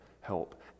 help